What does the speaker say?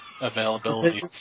availability